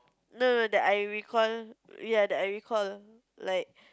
no no that I recall ya that I recall like